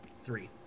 Three